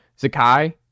Zakai